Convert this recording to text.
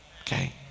Okay